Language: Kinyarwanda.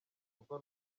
kuko